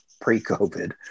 pre-COVID